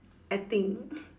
acting